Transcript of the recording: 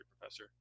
professor